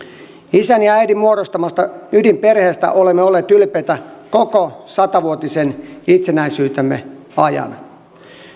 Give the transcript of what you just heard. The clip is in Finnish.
isän ja äidin muodostamasta ydinperheestä olemme olleet ylpeitä koko satavuotisen itsenäisyytemme ajan